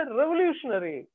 revolutionary